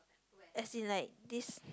as in like this